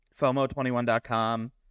FOMO21.com